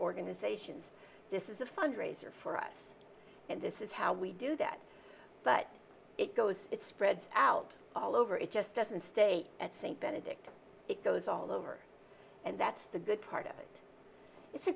organizations this is a fundraiser for us and this is how we do that but it goes it spreads out all over it just doesn't stay at st benedict it goes all over and that's the good part of it it's a